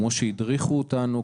כמו שהדריכו אותנו,